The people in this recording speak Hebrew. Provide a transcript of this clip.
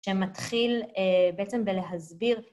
שמתחיל בעצם בלהסביר